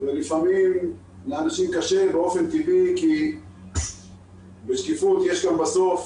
ולפעמים קשה באופן טבעי, כי בשקיפות יש גם בסוף